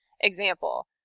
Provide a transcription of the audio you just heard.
example